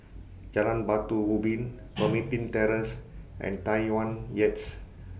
Jalan Batu Ubin Pemimpin Terrace and Tai Yuan Heights